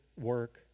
work